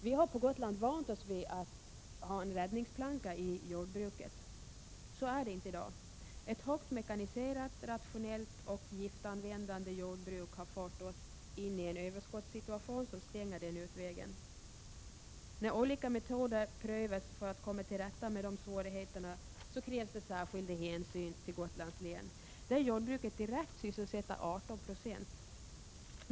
Vi har på Gotland vant oss vid att ha en räddningsplanka i jordbruket. Så är det inte i dag. Ett högt mekaniserat, rationellt och giftanvändande jordbruk har fört oss in i en överskottssituation som stänger den utvägen. När olika metoder prövas för att komma till rätta med de svårigheterna krävs det särskilda hänsyn till Gotlands län, där jordbruket direkt sysselsätter 18 96 av arbetskraften.